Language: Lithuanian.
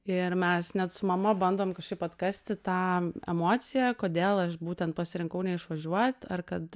ir mes net su mama bandom kažkaip atkasti tą emociją kodėl aš būtent pasirinkau neišvažiuot ar kad